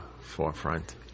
forefront